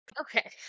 Okay